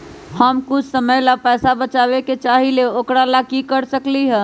हम कुछ समय ला पैसा बचाबे के चाहईले ओकरा ला की कर सकली ह?